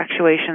actuations